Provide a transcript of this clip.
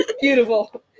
Beautiful